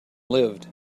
lived